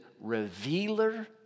revealer